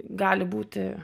gali būti